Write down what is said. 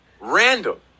random